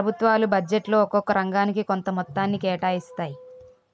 ప్రభుత్వాలు బడ్జెట్లో ఒక్కొక్క రంగానికి కొంత మొత్తాన్ని కేటాయిస్తాయి